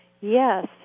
Yes